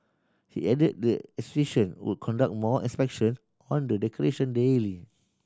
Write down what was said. he added the association will conduct more inspection on the decoration daily